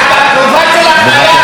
חברת הכנסת נחמיאס, בבקשה.